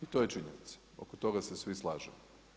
I to je činjenica, oko toga se svi slažemo.